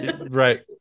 right